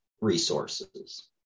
resources